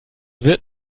wird